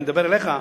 אני מדבר אליך,